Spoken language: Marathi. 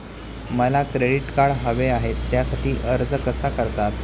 मला क्रेडिट कार्ड हवे आहे त्यासाठी अर्ज कसा करतात?